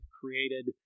created